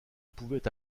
pouvait